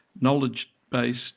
knowledge-based